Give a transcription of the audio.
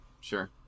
Sure